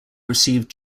received